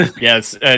yes